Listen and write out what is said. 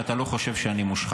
אני בטוח שאתה לא חושב שאני מושחת.